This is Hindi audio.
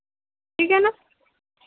ठीक है ना